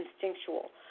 instinctual